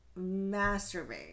masturbate